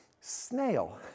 snail